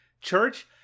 church